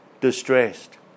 distressed